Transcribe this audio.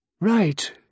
Right